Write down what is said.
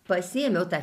pasiėmiau tą